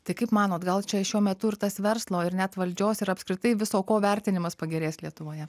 tai kaip manot gal čia šiuo metu ir tas verslo ir net valdžios ir apskritai viso ko vertinimas pagerės lietuvoje